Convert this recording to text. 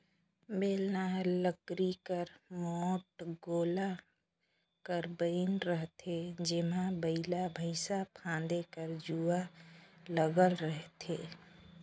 बेलना हर लकरी कर मोट गोला कर बइन रहथे जेम्हा बइला भइसा फादे कर जुवा लगल रहथे